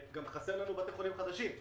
חסרים לנו גם בתי חולים חדשים,